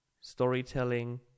storytelling